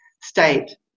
state